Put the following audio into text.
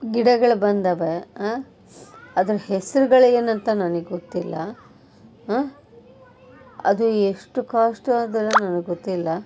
ಗಿಡಗಳು ಬಂದಾವಾ ಅದ್ರ ಹೆಸ್ರುಗಳ್ ಏನಂತ ನನಗ್ ಗೊತ್ತಿಲ್ಲ ಅದು ಎಷ್ಟು ಕಾಸ್ಟು ಅದೆಲ್ಲ ನನಗ್ ಗೊತ್ತಿಲ್ಲ